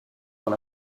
dans